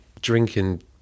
drinking